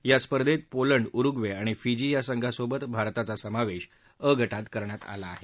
या स्पर्धेत Poland Uruguay आणि फिजी या संघांसोबत भारताचा समावेश अ गटात करण्यात आला आहे